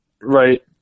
right